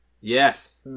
Yes